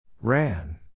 Ran